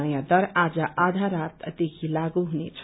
नयाँ दर आज आधा रातदेखि लागू हुनेछ